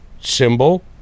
symbol